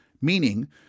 meaning